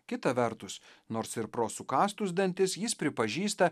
kita vertus nors ir pro sukąstus dantis jis pripažįsta